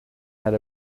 had